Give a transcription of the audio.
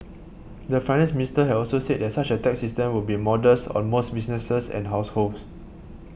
the Finance Minister had also said that such a tax system would be modest on most businesses and households